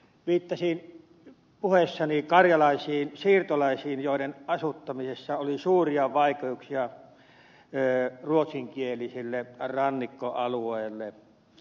viittasin puheessani karjalaisiin siirtolaisiin joiden asuttamisessa oli suuria vaikeuksia ruotsinkieliselle rannikkoalueelle